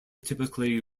typically